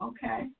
Okay